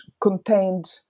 contained